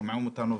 ושומעים אותנו,